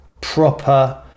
proper